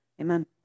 Amen